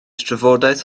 trafodaeth